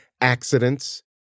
accidents